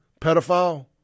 pedophile